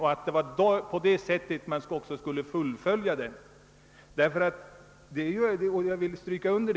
Det var genom utnyttjande av :investeringsfonderna som man skulle fullfölja lokaliseringspolitiken.